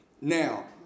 now